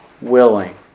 Willing